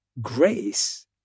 grace